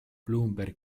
bloomberg